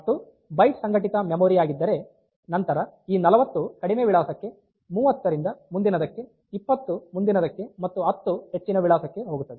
ಅದು ಬೈಟ್ ಸಂಘಟಿತ ಮೆಮೊರಿ ಯಾಗಿದ್ದರೆ ನಂತರ ಈ 40 ಕಡಿಮೆ ವಿಳಾಸಕ್ಕೆ 30 ರಿಂದ ಮುಂದಿನದಕ್ಕೆ 20 ಮುಂದಿನದಕ್ಕೆ ಮತ್ತು 10 ಹೆಚ್ಚಿನ ವಿಳಾಸಕ್ಕೆ ಹೋಗುತ್ತದೆ